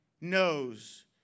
knows